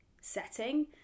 setting